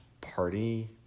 party